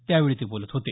त्यावेळी ते बोलत होते